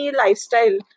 lifestyle